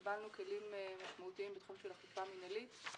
קיבלנו כלים משמעותיים בתחום של אכיפה מינהלית,